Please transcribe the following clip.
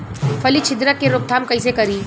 फली छिद्रक के रोकथाम कईसे करी?